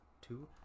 two